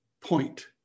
point